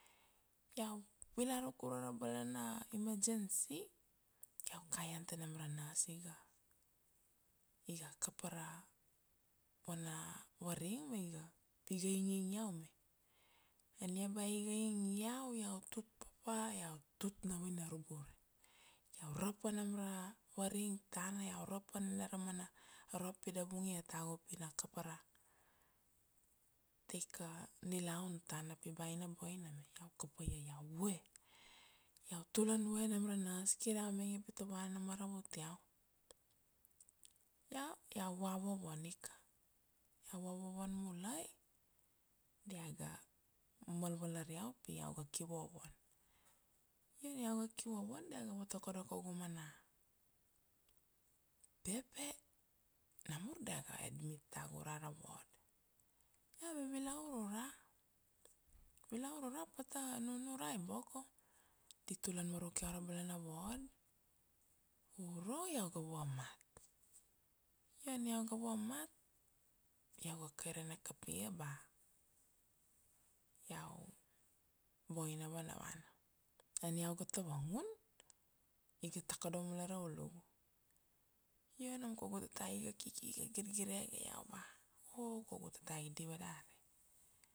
iau vila ruk ura ra bala na emergency, iau kaian ta nam ra nurse iga, iga kapa ra vana varing ma iga, pi iga ing, ing iau me. Ania bea iga ing iau, iau tut papa iau tut na vinarubu ure, iau ra pa nam ra varing tana, iau ra pa nina ra mana rop pi da vungia tagu pi na kapa ra taika nilaun tana, pi ba ina boina me, iau kapa ia iau vue, iau tulan vue nam ra nurse, kir iau mainge pi ta vuana na maravut iau. Io, iau va vovon ika, iau va vovon mulai, diaga mal valar iau pi iau ga ki vovon. Io ania iau ga ki vovon, dia ga votokodo kaugu mana pepe, namur dia ga admit tagu ura ra ward. Io ave vilaur ura, vilaur ura pata nunurai boko, di tulan varuk iau ura bala na ward, uro iau ga vamat. Io ania iau ga vamat, iau ga kairane kapia ba iau boina vana vana. Ania iau ga tavangun, iga takodo mulai ra ulugu, io nam kaugu tatai iga kiki iga girgirege iau, ba oh kaugu tatai i diva dari.